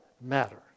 matter